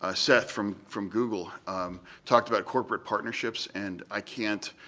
ah seth from from google talked about corporate partnerships, and i can't,